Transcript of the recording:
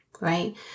Right